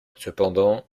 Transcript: cependant